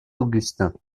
augustin